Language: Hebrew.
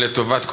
לטובת כולנו.